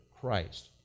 Christ